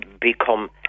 become